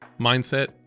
mindset